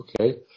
okay